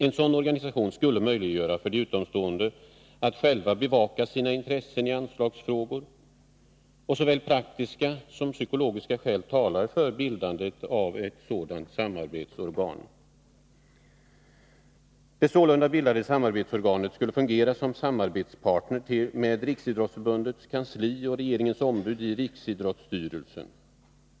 En sådan organisation skulle möjliggöra för de utomstående organistionerna att själva bevaka sina intressen i anslagsfrågor. Såväl praktiska som psykologiska skäl talar för bildandet av ett sådant samarbetsorgan. Det sålunda bildade samarbetsorganet skall fungera som samarbetspartner med RF-kansliet och regeringens ombud i riksidrottsstyrelsen.